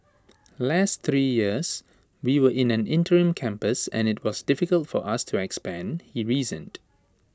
last three years we were in an interim campus and IT was difficult for us to expand he reasoned